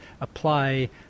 apply